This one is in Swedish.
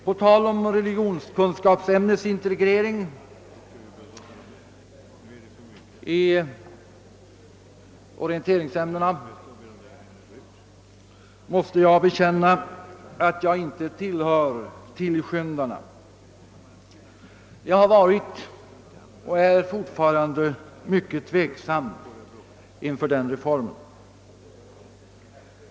På tal om religionskunskapsämnets integrering i orienteringsämnena måste jag bekänna att jag inte tillhör tillskyndarna. Jag har varit och är fortfarande mycket tveksam inför den reformen.